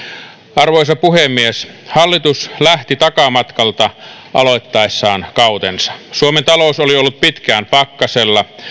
arvoisa puhemies hallitus lähti takamatkalta aloittaessaan kautensa suomen talous oli ollut pitkään pakkasella